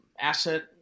asset